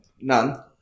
None